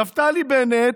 נפתלי בנט,